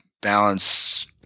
balance